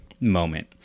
moment